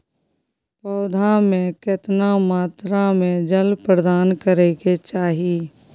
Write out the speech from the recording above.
पौधा में केतना मात्रा में जल प्रदान करै के चाही?